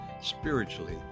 spiritually